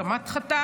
גם את חטפת,